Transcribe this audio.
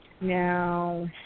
Now